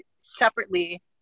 separately